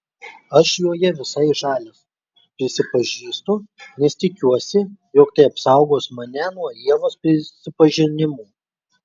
aš joje visai žalias prisipažįstu nes tikiuosi jog tai apsaugos mane nuo ievos prisipažinimų